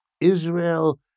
Israel